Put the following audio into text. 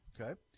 Okay